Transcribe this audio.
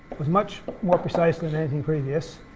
was much more precise than anything previous,